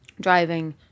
driving